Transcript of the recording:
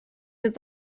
has